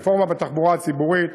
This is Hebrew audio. רפורמה בתחבורה הציבורית,